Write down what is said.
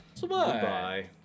Goodbye